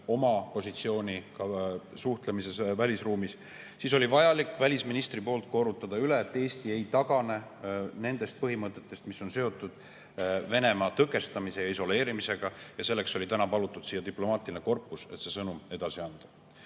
oma positsiooni ka suhtlemises välisruumis, siis oli vajalik välisministri poolt korrutada üle, et Eesti ei tagane nendest põhimõtetest, mis on seotud Venemaa tõkestamise ja isoleerimisega. Ja selleks oli täna palutud siia diplomaatiline korpus, et see sõnum edasi anda.